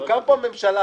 תוקם פה ממשלה,